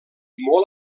molt